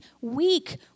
weak